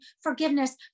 forgiveness